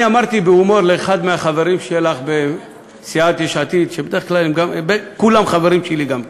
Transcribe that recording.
אני אמרתי בהומור לאחד החברים שלך בסיעת יש עתיד שכולם חברים שלי גם כן.